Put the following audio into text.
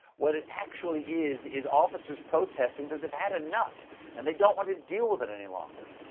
what it actually is, is officers protesting that they've had enough and they don't want to deal with it any longer.